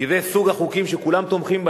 כי זה מסוג החוקים שכולם תומכים בהם,